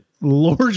Lord